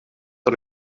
dan